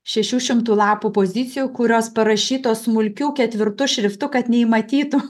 šešių šimtų lapų pozicijų kurios parašytos smulkiu ketvirtu šriftu kad neįmatytų